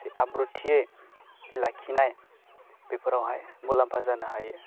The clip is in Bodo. जे आब्रुथियै लाखिनाय बेफोरावहाय मुलाम्फा जानो हायो